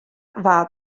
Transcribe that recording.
waard